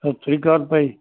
ਸਤਿ ਸ਼੍ਰੀ ਆਕਾਲ ਭਾਈ